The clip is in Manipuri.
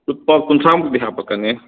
ꯂꯨꯄꯥ ꯀꯨꯟꯊ꯭ꯔꯥꯃꯨꯛꯇꯤ ꯍꯥꯞꯄꯛꯀꯅꯤ